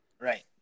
Right